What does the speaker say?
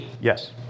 Yes